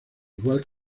igual